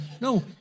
No